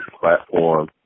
platform